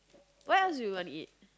what else you want to eat